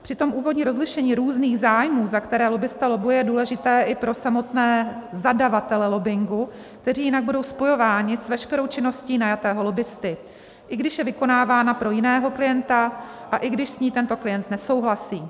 Přitom úvodní rozlišení různých zájmů, za které lobbista lobbuje, je důležité i pro samotné zadavatele lobbingu, kteří jinak budou spojováni s veškerou činností najatého lobbisty, i když je vykonávána pro jiného klienta a i když s ní tento klient nesouhlasí.